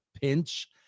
pinch